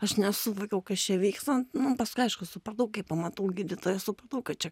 aš nesuvokiau kas čia vyksta nu paskui aišku supratau kai pamatau gydytoją supratau kad čia